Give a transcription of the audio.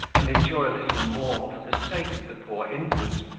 and endure a little more for the sake of the poor infant,